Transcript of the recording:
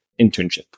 internship